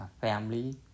family